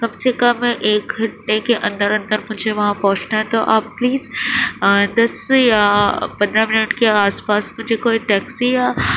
کم سے کم ایک گھنٹے کے اندر اندر مجھے وہاں پہنچنا ہے تو آپ پلیس دس یا پندرہ منٹ کے آس پاس مجھے کوئی ٹیکسی یا